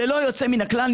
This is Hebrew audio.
ללא יוצא מן הכלל,